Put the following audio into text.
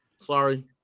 Sorry